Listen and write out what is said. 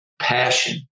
passion